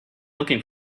looking